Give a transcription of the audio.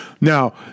Now